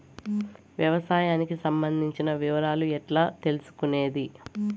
వ్యవసాయానికి సంబంధించిన వివరాలు ఎట్లా తెలుసుకొనేది?